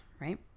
right